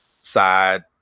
side